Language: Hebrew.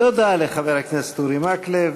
תודה לחבר הכנסת אורי מקלב.